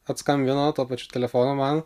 atskambino tuo pačiu telefonu man